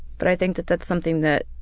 but i think that that's something that